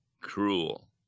cruel